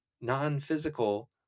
non-physical